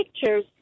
pictures